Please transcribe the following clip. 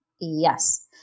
yes